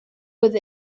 with